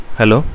Hello